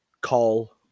call